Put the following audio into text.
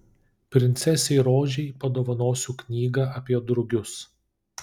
princesei rožei padovanosiu knygą apie drugius